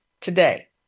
today